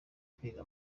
kwiga